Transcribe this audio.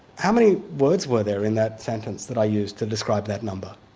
how many words were there in that sentence that i used to describe that number?